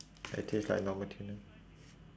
does it taste like normal tuna